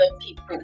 people